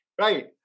Right